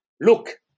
look